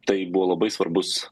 tai buvo labai svarbus